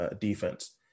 defense